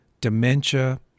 dementia